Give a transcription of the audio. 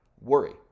worry